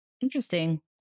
Interesting